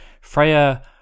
Freya